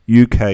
UK